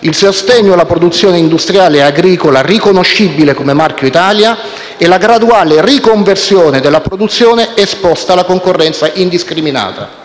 Il sostegno alla produzione industriale e agricola riconoscibile come marchio Italia e la graduale riconversione della produzione esposta alla concorrenza indiscriminata.